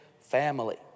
family